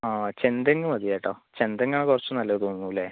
ആ ചെന്തെങ്ങ് മതി കേട്ടോ ചെന്തെങ്ങാണ് കുറച്ച് നല്ലത് തോന്നുന്നു അല്ലെ